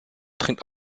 trinkt